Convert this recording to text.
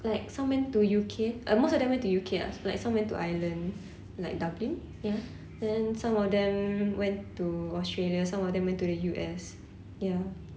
like some went to U_K uh most of them went to U_K ah s~ like some into ireland like dublin ya then some of them went to australia some of them went to the U_S ya